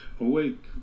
awake